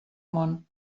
món